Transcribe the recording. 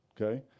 Okay